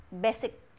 basic